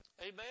Amen